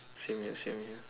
same here same here